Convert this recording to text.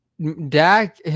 Dak